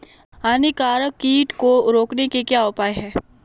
हानिकारक कीट को रोकने के क्या उपाय हैं?